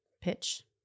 pitch